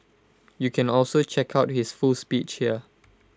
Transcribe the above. you can also check out his full speech here